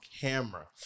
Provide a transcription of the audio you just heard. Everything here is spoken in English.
camera